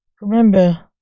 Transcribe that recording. Remember